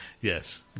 Yes